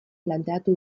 planteatu